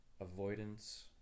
avoidance